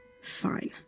Fine